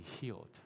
healed